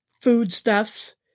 foodstuffs